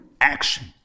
action